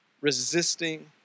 resisting